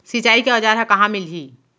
सिंचाई के औज़ार हा कहाँ मिलही?